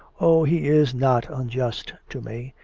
oh! he is not unj ust to me.